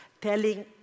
telling